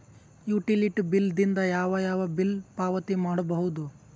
Utility bill ದಿಂದ ಯಾವ ಯಾವ ಬಿಲ್ ಪಾವತಿ ಮಾಡಬಹುದು?